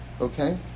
Okay